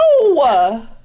No